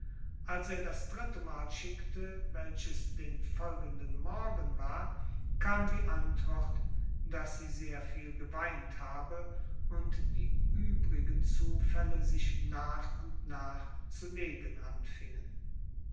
als er das drittemal schickte welches den folgenden morgen war kam die antwort daß sie sehr viel geweint habe und die übrigen zufälle sich nach und nach zu legen anfingen